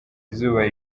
izuba